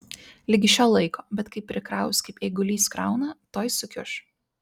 ligi šiol laiko bet kai prikraus kaip eigulys krauna tuoj sukiuš